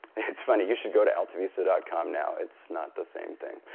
it's funny. you should go to altavista dot com now. it's not the same thing.